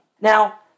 Now